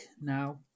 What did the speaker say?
now